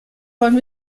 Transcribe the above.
wollen